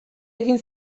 egin